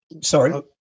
Sorry